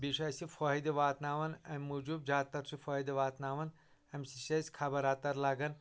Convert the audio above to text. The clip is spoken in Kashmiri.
بیٚیہِ چھُ اسہِ یہِ فٲیدٕ واتناوان امہِ موٗجوٗب زیادٕ تر چھُ فٲیدٕ واتناوان امہِ سۭتۍ چھِ اسہِ خبر اتر لگان